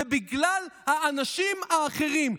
זה בגלל "האנשים האחרים",